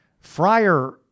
Friar